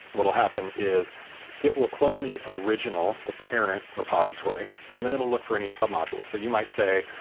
what will happen is git will clone the original, the parent repository and then it'll look for any sub-modules. so you might say,